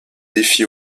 défi